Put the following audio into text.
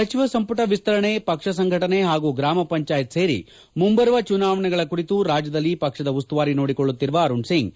ಸಚಿವ ಸಂಪುಟ ವಿಸ್ತರಣೆ ಪಕ್ಷ ಸಂಘಟನೆ ಹಾಗೂ ಗ್ರಾಮ ಪಂಚಾಯತ್ ಸೇರಿ ಮುಂಬರುವ ಚುನಾವಣೆಗಳ ಕುರಿತು ರಾಜ್ಯದಲ್ಲಿ ಪಕ್ಷದ ಉಸ್ತುವಾರಿ ನೋಡಿಕೊಳ್ಳುತ್ತಿರುವ ಅರುಣ್ ಸಿಂಗ್